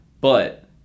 But-